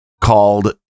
called